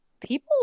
people